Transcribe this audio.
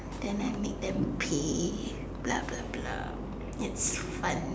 then I make them pay blah blah blah it's fun